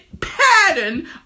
pattern